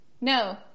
No